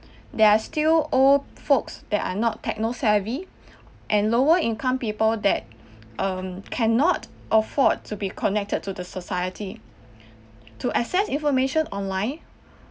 there are still old folks that are not techno savvy and lower income people that um cannot afford to be connected to the society to access information online